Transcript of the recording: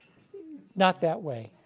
not that way.